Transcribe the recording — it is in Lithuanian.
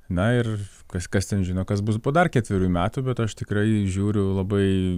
na ir kas kas ten žino kas bus po dar ketverių metų bet aš tikrai žiūriu labai